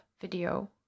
video